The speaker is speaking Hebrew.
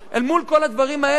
אל מול כל הדברים האלה,